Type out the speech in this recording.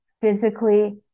physically